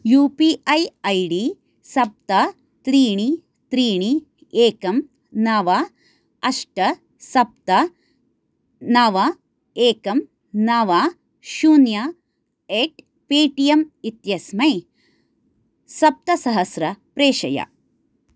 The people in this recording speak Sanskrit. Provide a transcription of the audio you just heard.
you P I I D सप्त त्रीणि त्रीणि एकं नव अष्ट सप्त नव एकं नव शून्य एट् पेटियम् इत्यस्मै सप्तसहस्रं प्रेषय